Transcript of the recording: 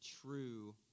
true